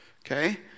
Okay